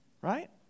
Right